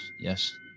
yes